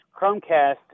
Chromecast